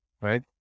right